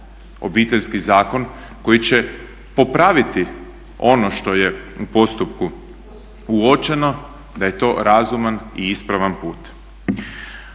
Obiteljski zakon koji će popraviti ono što je u postupku uočeno da je to razuman i ispravan put.